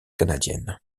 canadiennes